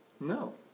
No